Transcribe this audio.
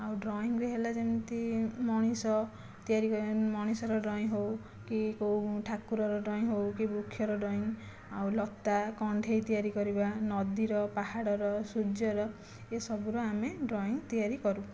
ଆଉ ଡ୍ରଇଂ ବି ହେଲା ଯେମିତି ମଣିଷ ତିଆରି ମଣିଷର ଡ୍ରଇଂ ହେଉ କି କେଉଁ ଠାକୁରର ଡ୍ରଇଂ ହେଉ କି ବୃକ୍ଷର ଡ୍ରଇଂ ଆଉ ଲତା କଣ୍ଢେଇ ତିଆରି କରିବା ନଦୀର ପାହାଡ଼ର ସୂର୍ଯ୍ୟର ଏସବୁର ଆମେ ଡ୍ରଇଂ ତିଆରି କରୁ